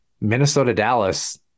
Minnesota-Dallas